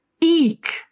Eek